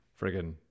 friggin